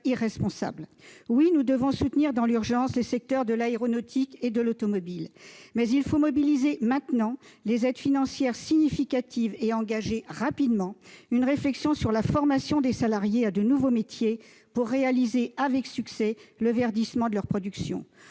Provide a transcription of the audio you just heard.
nous devons soutenir dans l'urgence les secteurs de l'aéronautique et de l'automobile, mais il faut mobiliser, dès maintenant, des aides financières significatives et vite engager une réflexion sur la formation des salariés à de nouveaux métiers pour réussir le verdissement de la production.